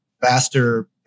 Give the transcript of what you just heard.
faster